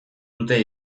dute